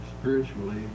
spiritually